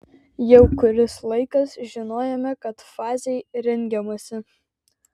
jau kuris laikas žinojome kad fazei rengiamasi